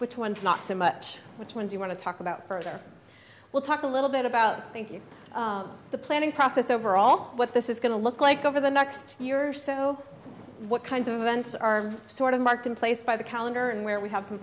which ones not so much which ones you want to talk about further we'll talk a little bit about think you the planning process overall what this is going to look like over the next year or so what kinds of events are sort of marked in place by the calendar and where we have some